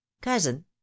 cousin